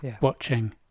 watching